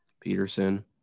Peterson